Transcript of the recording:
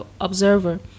observer